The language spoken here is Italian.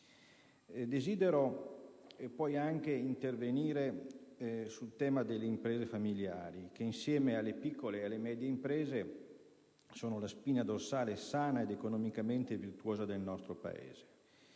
Desidero intervenire, inoltre, sul tema delle imprese familiari che, insieme alle piccole e medie imprese, sono la spina dorsale sana ed economicamente virtuosa del nostro Paese.